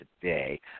today